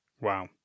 Wow